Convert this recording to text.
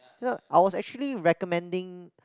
I was actually recommending